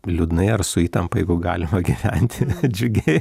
liūdnai ar su įtampa jeigu galima gyventi džiugiai